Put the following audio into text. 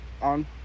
on